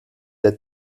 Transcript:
der